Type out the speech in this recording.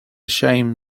shame